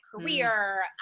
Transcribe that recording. career